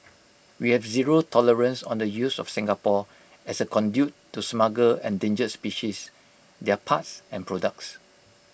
we have zero tolerance on the use of Singapore as A conduit to smuggle endangered species their parts and products